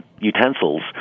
Utensils